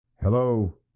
Hello